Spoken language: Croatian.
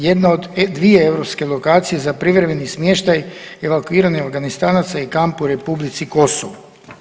Jedna od dvije europske lokacije za privremeni smještaj evakuiranih Afganistanaca je i kamp u Republici Kosovo.